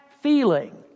feeling